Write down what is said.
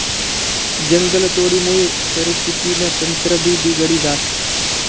जंगलतोडमुये परिस्थितीनं तंत्रभी बिगडी जास